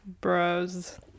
Bros